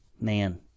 man